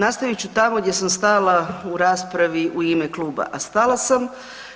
Nastavit ću tamo gdje sam stala u raspravi u ime kluba, a stala sam